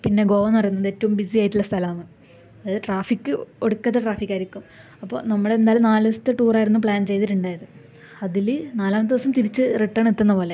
പിന്നെ ഗോവ എന്ന് പറയുന്നത് ഏറ്റവും ബിസി ആയിട്ടുള്ള സ്ഥലമാണ് അതായത് ട്രാഫിക് ഒടുക്കത്തെ ട്രാഫിക് ആയിരിക്കും അപ്പോൾ നമ്മള് എന്തായാലും നാലു ദിവസത്തെ ടൂറായിരുന്നു പ്ലാന് ചെയ്തിട്ടുണ്ടായിരുന്നത് അതില് നാലാമത്തെ ദിവസം തിരിച്ചു റിട്ടേണ് എത്തുന്നത് പോലെ